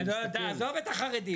תעזוב את החרדים.